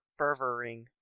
Fervoring